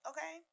Okay